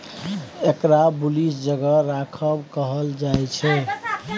एकरा बुलिश जगह राखब कहल जायछे